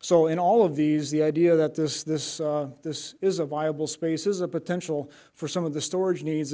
so in all of these the idea that this this this is a viable space is a potential for some of the storage needs